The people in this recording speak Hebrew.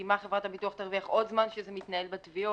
כי חברת הביטוח תרוויח עוד זמן שזה מתנהל בתביעות?